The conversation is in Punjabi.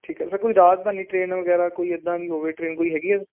ਠੀਕ ਆ ਸਰ ਕੋਈ ਰਾਜਧਾਨੀ ਟ੍ਰੇਨ ਵਗੈਰਾ ਕੋਈ ਇੱਦਾਂ ਦੀ ਹੋਵੇ ਟਰੇਨ ਕੋਈ ਹੈਗੀ ਆ